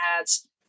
ads